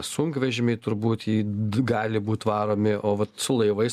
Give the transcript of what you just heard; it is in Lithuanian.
sunkvežimiai turbūt gali būt varomi o vat su laivais